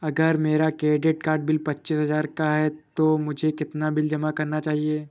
अगर मेरा credit card bill पच्चीस हजार का है तो मुझे कितना बिल जमा करना चाहिए?